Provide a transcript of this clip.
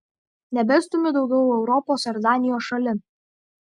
nebestumiu daugiau europos ar danijos šalin